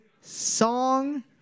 song